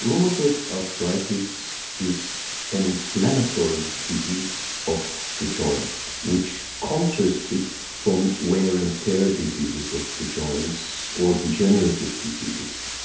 rheumatoid arthritis is an inflammatory disease of the joint which contrasts it from wear and tear diseases of the joints or degenerative diseases.